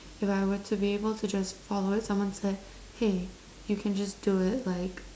if I were to be able to just follow it someone like hey you can just do it like